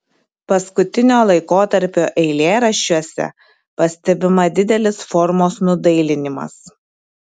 paskutinio laikotarpio eilėraščiuose pastebima didelis formos nudailinimas